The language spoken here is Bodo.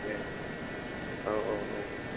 दे औ औ औ